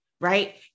right